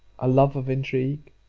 a love of intrigue